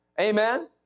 Amen